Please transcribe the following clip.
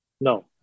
No